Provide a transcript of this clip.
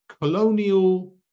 colonial